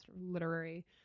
literary